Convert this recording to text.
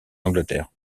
angleterre